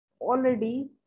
already